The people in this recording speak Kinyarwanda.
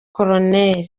col